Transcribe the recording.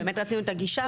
באמת רצינו את הגישה.